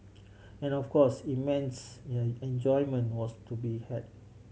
and of course immense enjoyment was to be had